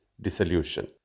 dissolution